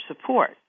support